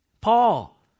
Paul